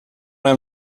when